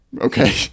okay